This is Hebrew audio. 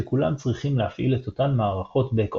שכולם צריכים להפעיל את אותן מערכות Back office.